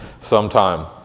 sometime